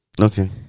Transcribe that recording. Okay